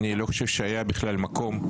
שניים.